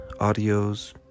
audios